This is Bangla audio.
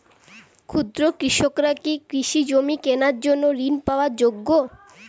ক্ষুদ্র কৃষকরা কি কৃষি জমি কেনার জন্য ঋণ পাওয়ার যোগ্য?